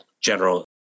general